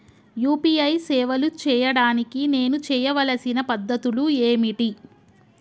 UPI సేవలు చేయడానికి నేను చేయవలసిన పద్ధతులు ఏమిటి?